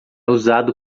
usado